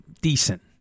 decent